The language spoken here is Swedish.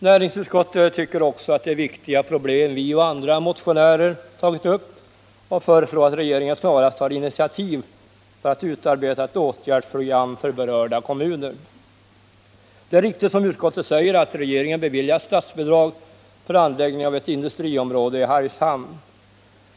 Näringsutskottet tycker också att det är viktiga problem vi och andra motionärer tagit upp och föreslår, att regeringen snarast tar initiativ för att utarbeta ett åtgärdsprogram för berörda kommuner. Det är riktigt, som utskottet säger, att regeringen beviljat statsbidrag för anläggning av ett industriområde i Hargshamn.